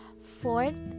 Fourth